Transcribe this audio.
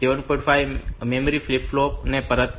5 memory flip flop ને પરત કરશે